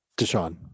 Deshaun